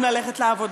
הוסרה.